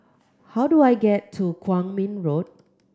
how do I get to Kwong Min Road